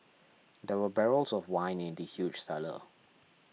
there were barrels of wine in the huge cellar